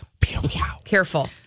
Careful